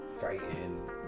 fighting